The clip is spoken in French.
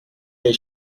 les